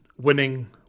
winning